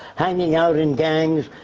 hanging out in gangs.